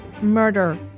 murder